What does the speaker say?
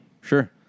Sure